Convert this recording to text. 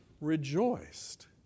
rejoiced